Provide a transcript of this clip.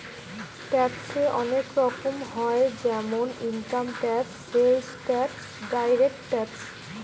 ট্যাক্সে অনেক রকম হয় যেমন income tax, sales tax, direct tax